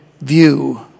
view